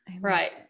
Right